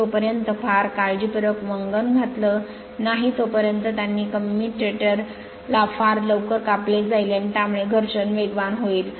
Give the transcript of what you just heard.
जोपर्यंत फार काळजीपूर्वक वंगण घातल नाही तोपर्यंत त्यांनी कम्यूटर ला फार लवकर कापले जाईल आणि त्यामुळे घर्षण वेगवान होईल